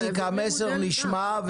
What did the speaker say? איציק המסר נשמע,